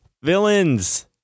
Villains